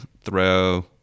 throw